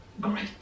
great